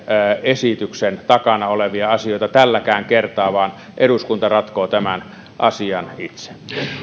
esityksen takana olevia asioita tälläkään kertaa vaan eduskunta ratkoo tämän asian itse